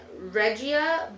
Regia